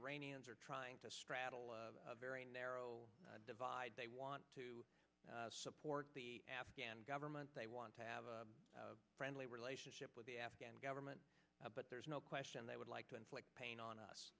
iranians are trying to straddle very narrow divide they want to support the afghan government they want to have a friendly relationship with the afghan government but there's no question they would like to inflict pain on us